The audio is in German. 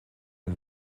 ein